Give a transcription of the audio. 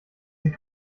sie